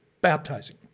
baptizing